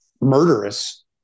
murderous